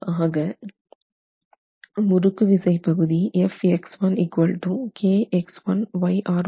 ஆக முறுக்கு விசை பகுதி ஆகும்